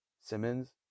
Simmons